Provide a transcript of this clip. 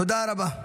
תודה רבה.